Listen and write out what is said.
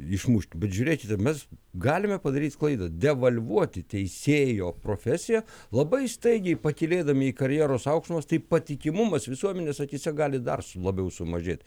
išmušti bet žiūrėkite mes galime padaryti klaidą devalvuoti teisėjo profesija labai staigiai pakylėdami karjeros aukštumas tai patikimumas visuomenės akyse gali dar labiau sumažėt